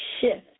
shift